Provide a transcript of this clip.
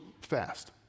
fast